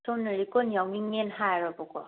ꯁꯣꯝꯅ ꯂꯤꯛꯀꯣꯟ ꯌꯥꯎꯅꯤꯡꯉꯦꯅ ꯍꯥꯏꯔꯣꯕꯀꯣ